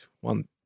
one